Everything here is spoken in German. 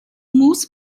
muss